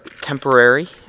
temporary